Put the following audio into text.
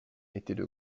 étaient